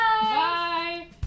Bye